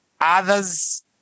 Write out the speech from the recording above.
others